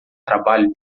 trabalho